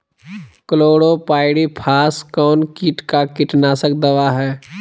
Chlorpyrifos कौन किट का कीटनाशक दवा है?